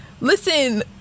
listen